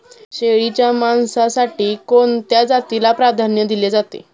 शेळीच्या मांसासाठी कोणत्या जातीला प्राधान्य दिले जाते?